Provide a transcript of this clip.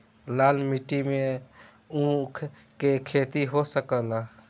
लाल माटी मे ऊँख के खेती हो सकेला?